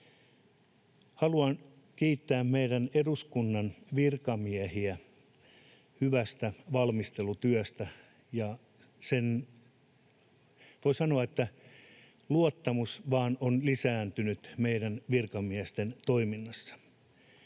Haluan kiittää meidän eduskunnan virkamiehiä hyvästä valmistelutyöstä, ja voi sanoa, että luottamus on vain lisääntynyt meidän virkamiestemme toimintaan.